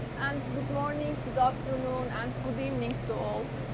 and good morning. good afternoon and good evening to all.